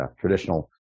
traditional